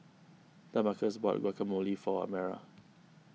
Damarcus bought Guacamole for Amara